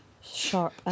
sharp